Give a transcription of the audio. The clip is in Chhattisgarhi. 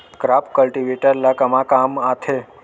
क्रॉप कल्टीवेटर ला कमा काम आथे?